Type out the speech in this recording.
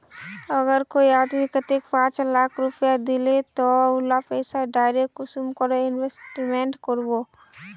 अगर कोई आदमी कतेक पाँच लाख रुपया दिले ते ती उला पैसा डायरक कुंसम करे इन्वेस्टमेंट करबो?